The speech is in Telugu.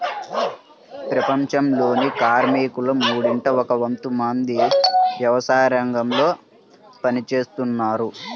ప్రపంచంలోని కార్మికులలో మూడింట ఒక వంతు మంది వ్యవసాయరంగంలో పని చేస్తున్నారు